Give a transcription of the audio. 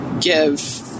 give